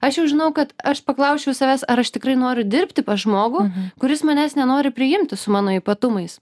aš jau žinau kad aš paklausčiau savęs ar aš tikrai noriu dirbti pas žmogų kuris manęs nenori priimti su mano ypatumais